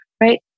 right